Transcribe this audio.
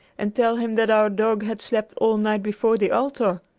and tell him that our dog had slept all night before the altar?